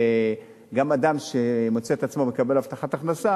גם אדם שמוצא את עצמו מקבל הבטחת הכנסה